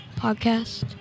podcast